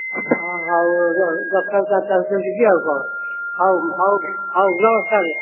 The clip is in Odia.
ହଁ ହଉ ଆଉ ଦଶଟାରୁ ଚାରିଟା ଭିତରେ ଯିବି ଆଉ କ'ଣ ହଉ ହଉ ହଉ ନମସ୍କାର